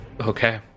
Okay